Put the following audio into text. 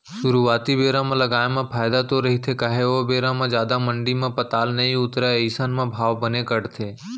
सुरुवाती बेरा म लगाए म फायदा तो रहिथे काहे ओ बेरा म जादा मंडी म पताल नइ उतरय अइसन म भाव बने कटथे